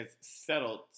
settled